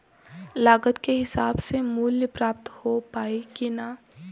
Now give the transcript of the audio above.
लागत के हिसाब से मूल्य प्राप्त हो पायी की ना?